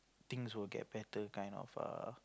things will get better kind of err